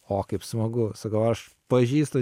o kaip smagu sakau aš pažįstu